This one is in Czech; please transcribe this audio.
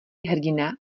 hrdina